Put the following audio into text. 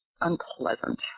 unpleasant